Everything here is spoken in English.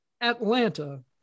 Atlanta